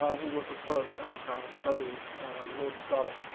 um who was the first africana studies rhodes scholar